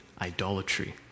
idolatry